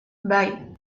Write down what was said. bai